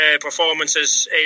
performances